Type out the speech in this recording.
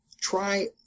Try